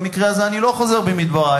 במקרה הזה אני לא חוזר בי מדברי,